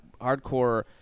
hardcore